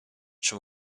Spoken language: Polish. czy